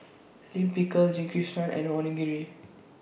Lime Pickle Jingisukan and Onigiri